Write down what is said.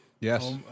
Yes